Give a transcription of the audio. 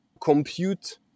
compute